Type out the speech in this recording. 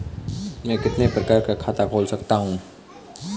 मैं कितने प्रकार का खाता खोल सकता हूँ?